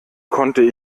konnte